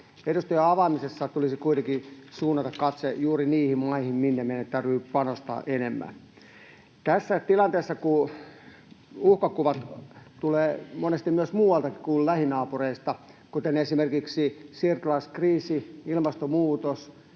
Edustustojen avaamisessa tulisi kuitenkin suunnata katse juuri niihin maihin, joihin meidän täytyy panostaa enemmän. Tässä tilanteessa, kun uhkakuvat tulevat monesti myös muualta kuin lähinaapureista, kuten esimerkiksi siirtolaiskriisi, ilmastonmuutos,